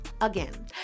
again